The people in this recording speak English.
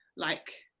like,